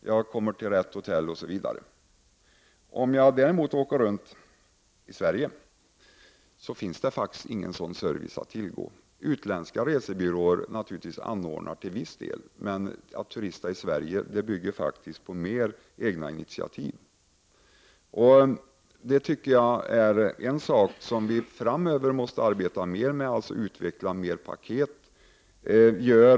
Jag kommer till rätt hotell, osv. Om jag däremot åker runt i Sverige finns det faktiskt ingen sådan service att tillgå. Utländska resebyråer ordnar naturligtvis till viss del denna service. Men att turista i Sverige bygger faktiskt på mer av egna initiativ. Jag menar att detta är en sak som vi framöver måste arbeta mer med, dvs. utveckla mer av paketresor.